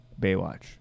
Baywatch